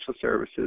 services